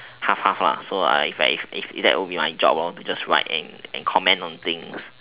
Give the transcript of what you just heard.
half half ah so I if I if that would be my job I would write and comment on things